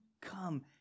come